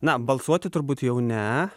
na balsuoti turbūt jau ne